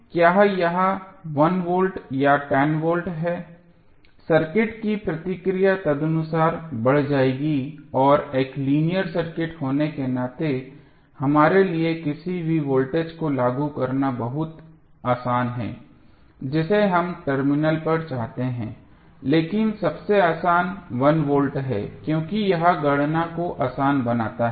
इसलिए क्या यह 1 वोल्ट या 10 वोल्ट है सर्किट की प्रतिक्रिया तदनुसार बढ़ जाएगी और एक लीनियर सर्किट होने के नाते हमारे लिए किसी भी वोल्टेज को लागू करना बहुत आसान है जिसे हम टर्मिनल पर चाहते हैं लेकिन सबसे आसान 1 वोल्ट है क्योंकि यह गणना को आसान बनाता है